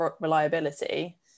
reliability